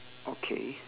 okay